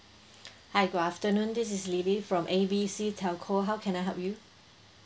hi good afternoon this is lily from A B C telco how can I help you